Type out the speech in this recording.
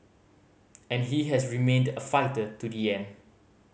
and he has remained a fighter to the end